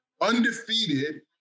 undefeated